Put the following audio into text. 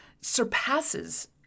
surpasses